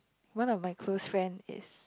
one of my close friend is